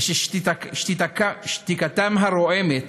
ושתיקתם הרועמת